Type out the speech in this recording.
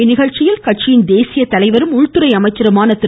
இந்நிகழ்ச்சியில் கட்சியின் தேசிய தலைவரும் உள்துறை அமைச்சருமான திரு